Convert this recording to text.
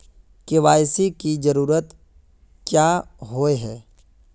KYC की जरूरत क्याँ होय है?